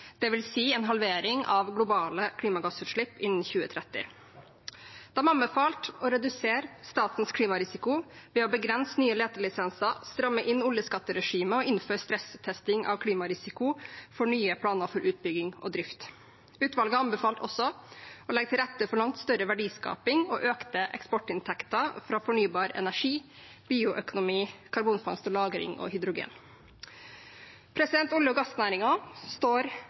halvering av globale klimagassutslipp innen 2030. De anbefalte å redusere statens klimarisiko ved å begrense nye letelisenser, stramme inn oljeskatteregimet og innføre stresstesting av klimarisiko for nye planer for utbygging og drift. Utvalget anbefalte også å legge til rette for langt større verdiskaping og økte eksportinntekter fra fornybar energi, bioøkonomi, karbonfangst og -lagring og hydrogen. Olje- og gassnæringen står